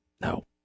No